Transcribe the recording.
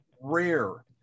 rare